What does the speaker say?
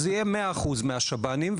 זה יהיה 100% מהשב"נים,